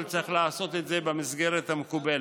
אבל צריך לעשות את זה במסגרת המקובלת.